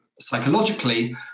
psychologically